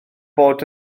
bod